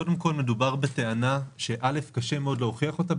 קודם כל מדובר בטענה ש-א', קשה מאוד להוכיח אותה.